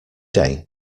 day